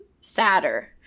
sadder